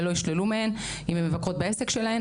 ולא ישללו מהן אם הן מבקרות בעסק שלהן.